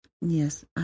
Yes